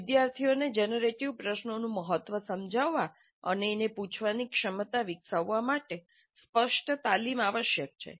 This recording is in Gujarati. વિદ્યાર્થીઓને જનરેટિવ પ્રશ્નો નું મહત્વ સમજાવવા અને તેને પૂછવાની ક્ષમતા વિકસાવવા માટે સ્પષ્ટ તાલીમ આવશ્યક છે